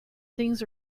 things